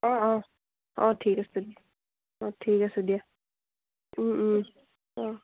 অঁ অঁ অঁ ঠিক আছে অঁ ঠিক আছে দিয়া অঁ